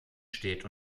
steht